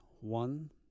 one